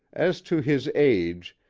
as to his age,